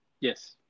Yes